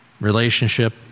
Relationship